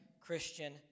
Christian